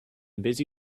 busy